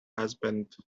husband